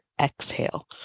exhale